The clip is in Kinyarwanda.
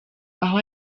aho